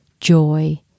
joy